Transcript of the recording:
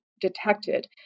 detected